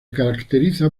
caracteriza